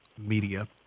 media